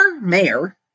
Mayor